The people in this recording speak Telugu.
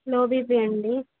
లో బీపీ అండి